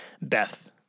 beth